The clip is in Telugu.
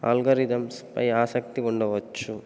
ఆల్గారిధమ్స్పై ఆసక్తి ఉండవచ్చు